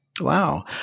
Wow